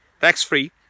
tax-free